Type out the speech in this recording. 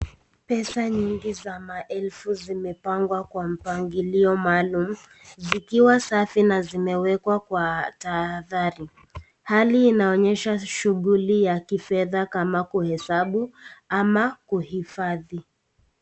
Pesa nyingi za maelfu zimepangwa kwa mpangilio maalum zikiwa safi na zimewekwa kwa tahadhari. Hali inaonyesha shughuli ya kifedha kama kuhesabu ama kuhifadhi.